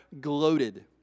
Gloated